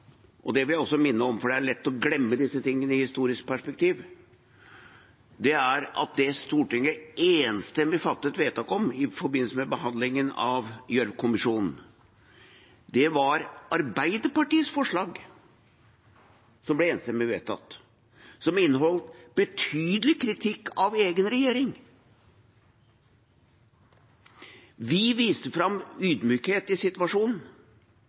– det vil jeg minne om, for det er lett å glemme disse tingene i et historisk perspektiv – at det Stortinget enstemmig fattet vedtak om i forbindelse med behandlingen av rapporten fra Gjørv-kommisjonen, var Arbeiderpartiets forslag, som inneholdt en betydelig kritikk av egen regjering. Vi viste fram ydmykhet i situasjonen.